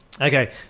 Okay